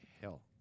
hell